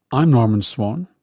i'm norman swan,